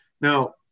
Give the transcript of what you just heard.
Now